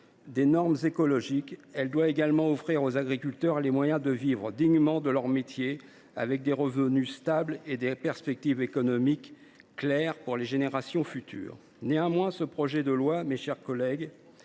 des normes écologiques, elle doit également offrir aux agriculteurs les moyens de vivre dignement de leur métier, avec des revenus stables et des perspectives économiques claires pour les générations futures. Néanmoins, ce projet de loi, mes chers collègues,